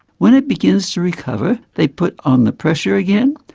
when it begins to recover they put on the pressure again,